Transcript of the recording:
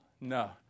No